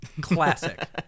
Classic